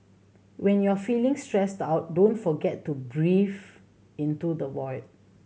when you are feeling stressed out don't forget to breathe into the void